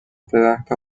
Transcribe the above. درخت